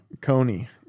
Coney